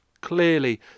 clearly